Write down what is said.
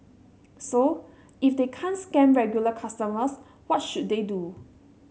so if they can't scam regular consumers what should they do